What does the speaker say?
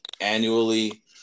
annually